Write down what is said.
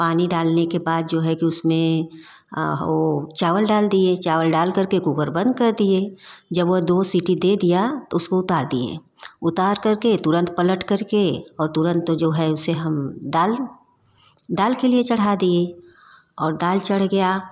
पानी डालने के बाद जो है कि उसमें वह चावल डाल दिए चावल डालकर के कूकर बंद कर दिए जब वह दो सिटी दे दिया तो उसको उतार दिए उतार करके तुरंत पलट करके और तुरंत जो है उसे हम दाल दाल के लिए चढ़ा दिए और दाल चढ़ गया